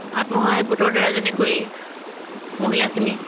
আত্মসহায়ক গোটৰ দ্বাৰা যেনেকৈ মহিলাখিনি